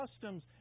customs